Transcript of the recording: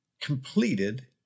completed